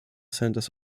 centers